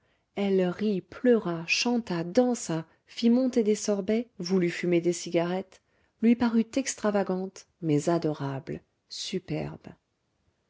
elle rit pleura chanta dansa fit monter des sorbets voulut fumer des cigarettes lui parut extravagante mais adorable superbe